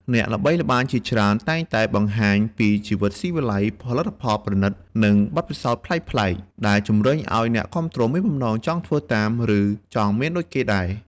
អ្នកល្បីល្បាញជាច្រើនតែងតែបង្ហាញពីជីវិតស៊ីវិល័យ ផលិតផលប្រណីត និងបទពិសោធន៍ប្លែកៗ ដែលជំរុញឱ្យអ្នកគាំទ្រមានបំណងចង់ធ្វើតាម ឬចង់មានដូចគេដែរ។